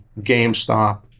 GameStop